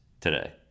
today